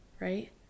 right